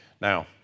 Now